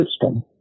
system